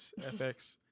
FX